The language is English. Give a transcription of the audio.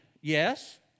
Yes